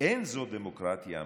אין זו דמוקרטיה אמיתית.